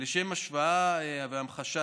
לשם השוואה והמחשה,